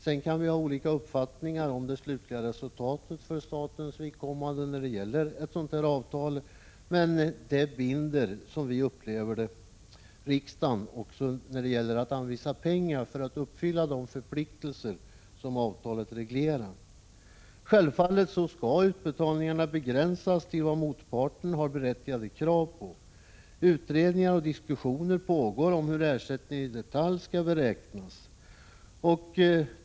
Vi kan ha olika uppfattningar om det slutliga resultatet för statens vidkommande när det gäller ett sådant här avtal, men det binder riksdagen, som vi upplever det, också när det gäller att anvisa pengar för att uppfylla de förpliktelser som avtalet reglerar. Självfallet skall utbetalningarna begränsas till vad motparten har berättigade krav på. Utredningar och diskussioner pågår om hur ersättningen i detalj skall beräknas.